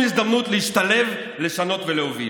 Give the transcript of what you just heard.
ולא נפספס שום הזדמנות להשתלב, לשנות ולהוביל.